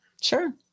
Sure